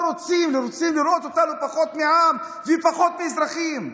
רוצים לראות אותנו פחות מעם ופחות מאזרחים.